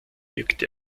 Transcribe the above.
wirkt